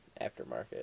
aftermarket